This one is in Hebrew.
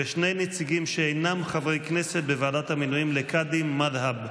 ושני נציגים שאינם חברי כנסת בוועדת המינויים לקאדים מד'הב.